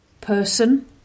person